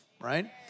right